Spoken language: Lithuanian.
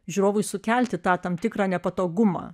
žiūrovui sukelti tą tam tikrą nepatogumą